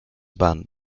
banned